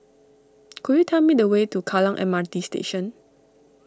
could you tell me the way to Kallang M R T Station